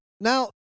Now